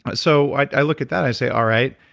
but so i look at that i say, all right,